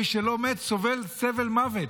מי שלא מת סובל סבל מוות.